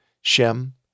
Shem